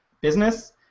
business